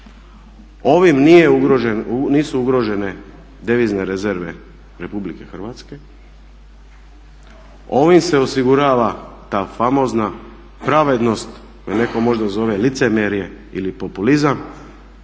Ovim nisu ugrožene devizne rezerve RH, ovim se osigurava ta famozna pravednost koju netko možda zove licemjerje ili populizam